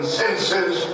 senses